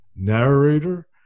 Narrator